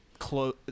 close